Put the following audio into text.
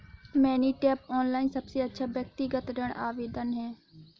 money Tap, online सबसे अच्छा व्यक्तिगत ऋण आवेदन है